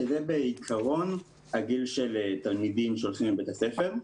שבעיקרון אלו הגילאים של תלמידים שהולכים לבתי הספר,